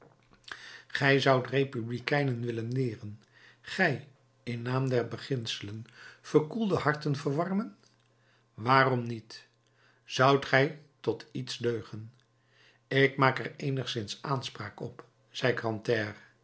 gij zoudt republikeinen willen leeren gij in naam der beginselen verkoelde harten verwarmen waarom niet zoudt gij tot iets deugen ik maak er eenigszins aanspraak op